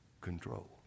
control